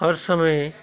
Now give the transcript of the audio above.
ਹਰ ਸਮੇਂ